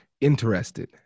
interested